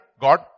God